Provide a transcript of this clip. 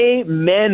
Amen